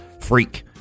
freak